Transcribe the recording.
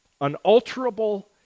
unalterable